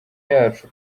yacu